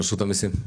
רשות המיסים,